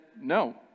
no